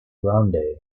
grande